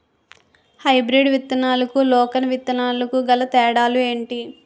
Hybrid విత్తనాలకు local విత్తనాలకు గల తేడాలు ఏంటి?